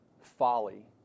folly